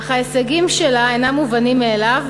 אך ההישגים שלה אינם מובנים מאליהם.